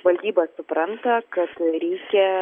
valdyba supranta kad reikia